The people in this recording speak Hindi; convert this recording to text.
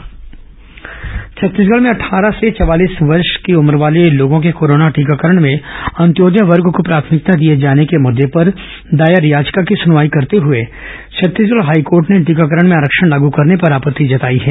हाईकोर्ट टीकाकरण सनवाई छत्तीसगढ़ में अट्ठारह से चवालीस वर्ष की उम्र वाले लोगों के कोरोना टीकाकरण में अंत्योदय वर्ग को प्राथमिकता दिए जाने के मृद्दे पर दायर याचिका की सुनवाई करते हुए छत्तीसगढ हाईकोर्ट ने टीकाकरण में आरक्षण लागू करने पर आपत्ति जताई है